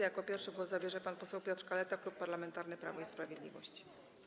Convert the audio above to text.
Jako pierwszy głos zabierze pan poseł Piotr Kaleta, Klub Parlamentarny Prawo i Sprawiedliwość.